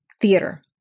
theater